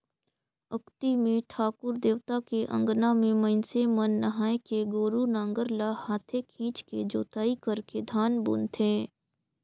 अक्ती मे ठाकुर देवता के अंगना में मइनसे मन नहायके गोरू नांगर ल हाथे खिंचके जोताई करके धान बुनथें